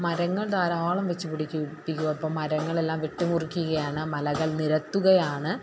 മരങ്ങൾ ധാരാളം വച്ച് പിടിപ്പിക്കുക ഇപ്പം മരങ്ങളെല്ലാം വെട്ടിമുറിക്കുകയാണ് മലകൾ നിരത്തുകയാണ്